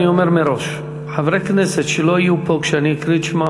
אני אומר מראש: חברי כנסת שלא יהיו פה כשאני אקריא את שמם,